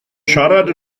siarad